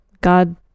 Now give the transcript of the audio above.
God